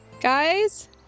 Guys